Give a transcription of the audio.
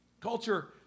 Culture